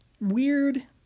weird